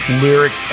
lyric